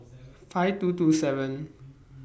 five two two seven